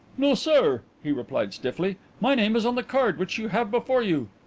no, sir, he replied stiffly. my name is on the card which you have before you.